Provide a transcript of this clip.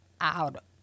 out